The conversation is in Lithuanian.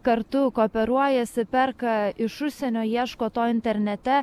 kartu kooperuojasi perka iš užsienio ieško to internete